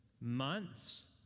months